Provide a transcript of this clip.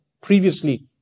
previously